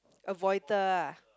avoider ah